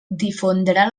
difondre